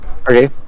Okay